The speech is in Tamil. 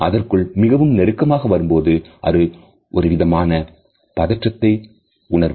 அதற்குள்மிகவும் நெருக்கமாக வரும் போது ஒரு விதமான பதற்றத்தை உணர்வர்